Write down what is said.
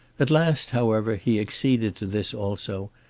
at last, however, he acceded to this also,